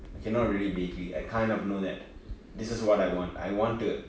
okay not really vaguely I kind of know that this is what I want I want to